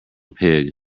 pig